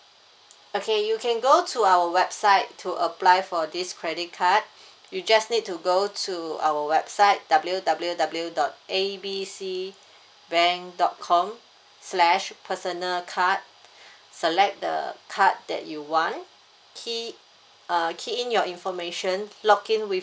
okay you can go to our website to apply for this credit card you just need to go to our website W_W_W dot A B C bank dot com slash personal card select the card that you want key uh key in your information log in with